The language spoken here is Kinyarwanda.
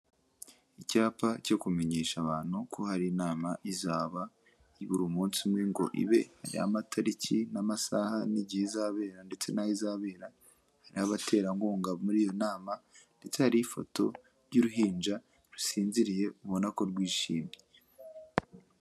Icyapa cyo kumenyesha abantu ko hari inama izaba ibura umunsi umwe ngo ibe, hariho amatariki n'amasaha n'igihe izabera ndetse n'aho izabera, hari n'abaterankunga muri iyo nama ndetse hariho ifoto y'uruhinja rusinziriye ubona ko rwishimye.